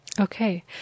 Okay